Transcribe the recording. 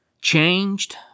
changed